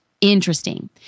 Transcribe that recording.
interesting